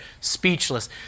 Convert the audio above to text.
speechless